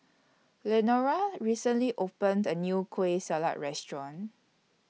Lenora recently opened A New Kueh Salat Restaurant